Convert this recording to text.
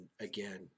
again